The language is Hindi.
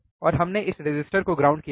और हमने इस resistor को ग्राउंड किया है